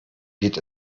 geht